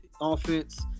offense